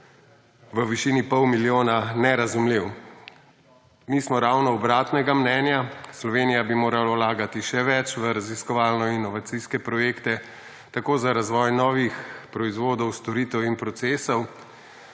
v višini pol milijona nerazumljiv. Mi smo ravno obratnega mnenja; Slovenija bi morala vlagati še več v raziskovalno-inovacijske projekte tako za razvoj novih proizvodov, storitev in procesov,